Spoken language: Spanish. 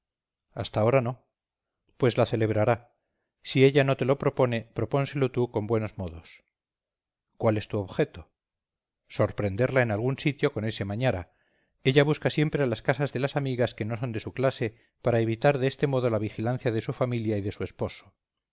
hasta ahora no pues la celebrará si ella no te lo propone propónselo tú con buenos modos cuál es tu objeto sorprenderla en algún sitio con ese mañara ella busca siempre las casas de las amigas que no son de su clase para evitar de este modo la vigilancia de su familia y de su esposo